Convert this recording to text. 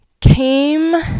came